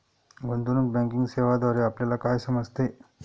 गुंतवणूक बँकिंग सेवांद्वारे आपल्याला काय समजते?